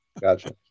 Gotcha